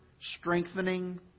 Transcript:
strengthening